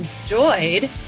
enjoyed